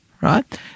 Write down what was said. right